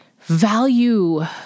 value